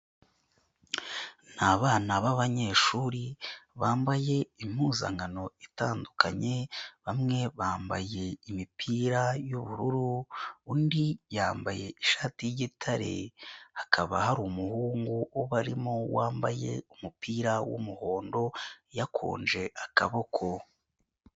Ni abana babanyeshuri, bambaye impuzankano itandukanye, bamwe bambaye imipira y'ubururu, undi yambaye ishati y'igitare, hakaba umuhungu ubarimo wambaye umupira w'umuhondo yakunje akaboko.